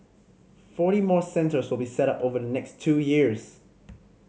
forty more centres will be set up over the next two years